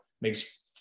makes